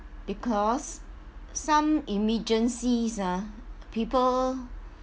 because some emergencies ah people